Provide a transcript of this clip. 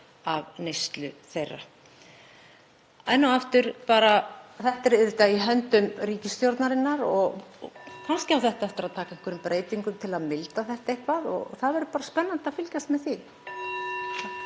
aftur, þetta er í höndum ríkisstjórnarinnar (Forseti hringir.) og kannski á þetta eftir að taka einhverjum breytingum til að milda þetta eitthvað og það verður bara spennandi að fylgjast með því.